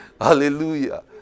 Hallelujah